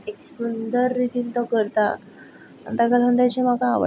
एक सुंदर रितीन तो करता आनी ताका लागून ताचें म्हाका आवडटा